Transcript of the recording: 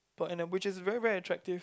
per annum which is very very attractive